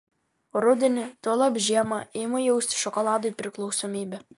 rudenį tuolab žiemą imu jausti šokoladui priklausomybę